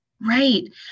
right